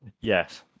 yes